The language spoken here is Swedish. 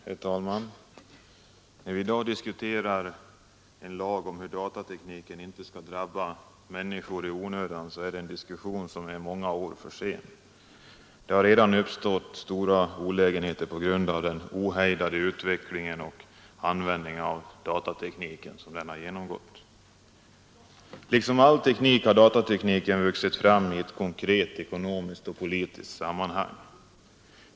Herr talman! När vi i dag diskuterar en lag om hur datatekniken inte skall drabba människor i onödan så är det en diskussion som är många år för sen. Det har redan uppstått stora olägenheter på grund av den ohejdade utveckling och användning som datatekniken har genomgått. Liksom all teknik har datatekniken vuxit fram i ett konkret ekonomiskt och politiskt sammanhang.